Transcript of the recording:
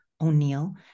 O'Neill